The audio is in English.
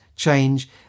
Change